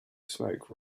smoke